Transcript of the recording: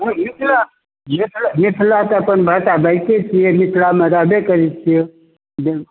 हँ इ तऽ मिथिला मिथिला तऽ अपन भाषा बाजिते छियै मिथिलामे रहबै करै छियै